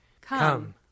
Come